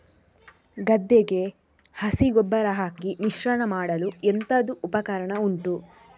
ಗದ್ದೆಗೆ ಹಸಿ ಗೊಬ್ಬರ ಹಾಕಿ ಮಿಶ್ರಣ ಮಾಡಲು ಎಂತದು ಉಪಕರಣ ಉಂಟು?